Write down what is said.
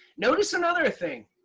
notice another thing,